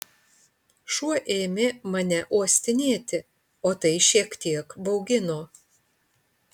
šuo ėmė mane uostinėti o tai šiek tiek baugino